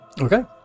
Okay